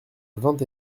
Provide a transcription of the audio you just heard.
vingt